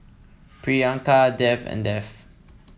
Priyanka Dev and Dev